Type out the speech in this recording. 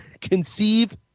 conceive –